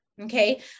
Okay